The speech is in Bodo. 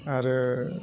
आरो